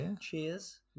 Cheers